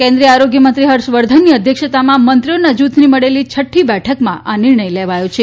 કેન્દ્રીય આરોગ્યમંત્રી હર્ષ વર્ધનની અધ્યક્ષતામાં મંત્રીઓના જૂથની મળેલી છઠ્ઠી બેઠકમાં આ નિર્ણય લેવાયો છે